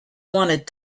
wanted